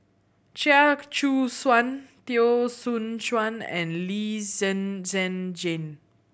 Chia Choo Suan Teo Soon Chuan and Lee Zhen Zhen Jane